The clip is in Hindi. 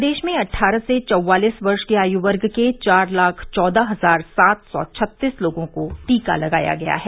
प्रदेश में अट्ठारह से चौवालीस वर्ष की आयु वर्ग के चार लाख चौदह हजार सात सौ छत्तीस लोगों को टीका लगाया गया है